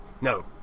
No